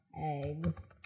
eggs